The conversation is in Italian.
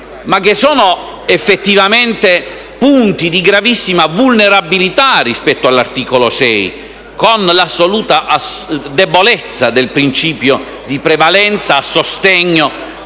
ma che sono effettivamente punti di gravissima vulnerabilità contenuti nell'articolo 6, con l'assoluta debolezza del principio di prevalenza a sostegno